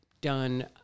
done